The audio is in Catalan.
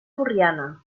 borriana